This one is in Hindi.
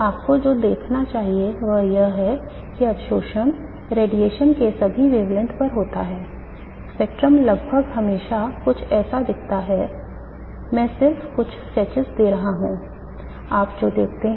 आप लगभग हमेशा x axis और y axis देखते हैं